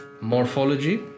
morphology